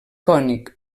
cònic